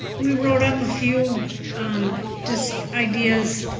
we wrote up a few just ideas.